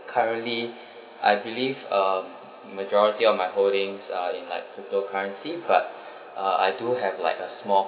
currently I believe uh majority of my holdings are in like crypto currency but ah I do have like a small